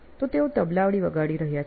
તો તેઓ "તબલા" વગાડી રહ્યા છે